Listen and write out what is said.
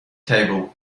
table